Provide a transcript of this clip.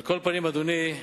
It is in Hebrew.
על כל פנים, אדוני,